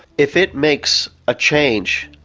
if it makes a change